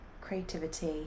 creativity